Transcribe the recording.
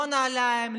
לא נעליים,